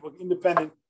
independent